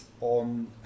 on